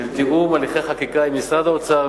של תיאום הליכי חקיקה עם משרד האוצר,